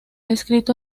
escrito